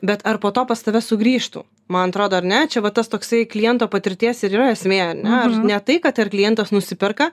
bet ar po to pas tave sugrįžtų man atrodo ar ne čia va tas toksai kliento patirties ir yra esmė ar ne ar ne tai kad ar klientas nusiperka